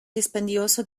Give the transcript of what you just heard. dispendioso